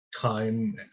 time